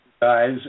guys